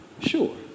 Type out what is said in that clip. sure